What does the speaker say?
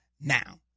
Now